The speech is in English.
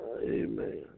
Amen